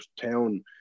town